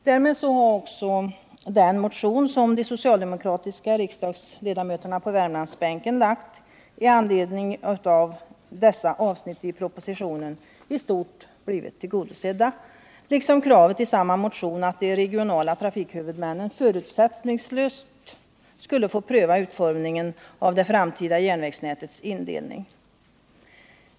Därmed har också den motion som de socialdemokratiska riksdagsledamöterna på Värmlandsbänken väckt i anledning av dessa avsnitt i propositionen i stort blivit tillgodosedd, liksom kravet i samma motion att de regionala trafikhuvudmännen förutsättningslöst skulle få pröva utformningen av det framtida järnvägsnätets indelning.